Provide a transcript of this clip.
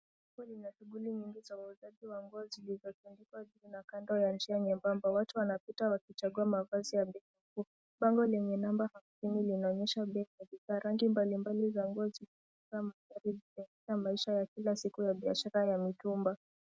Soko lina shughuli nyingi za uuzaji wa nguo zilizotandikwa kando ya njia nyembamba. Watu wanapita wakichagua mavazi ya bei nafuu. Bango lenye namba hamsini linaonyesha bei ya bidhaa. Rangi mbalimbali za nguo zikitoa mandhari ya maisha ya kila siku ya biashara ya mitumba.